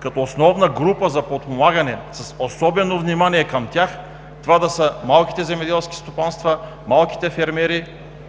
като основна група за подпомагане с особено внимание към тях, това да са малките земеделски стопанства, малките фермери